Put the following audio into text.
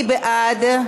מי בעד?